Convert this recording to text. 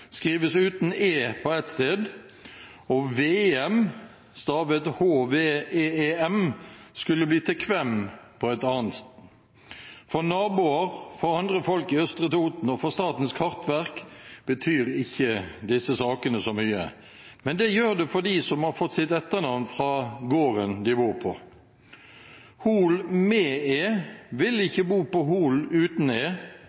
skrives uten «e» på et sted, og «Hveem» skulle bli til «Kvem» på et annet. For naboer, for andre folk i Østre Toten og for Statens kartverk betyr ikke disse sakene så mye. Men det gjør det for dem som har fått sitt etternavn fra gården de bor på. Hoel med «e» vil ikke bo på Hol uten